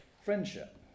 friendship